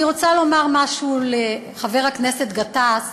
אני רוצה לומר משהו לחבר הכנסת גטאס,